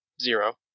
Zero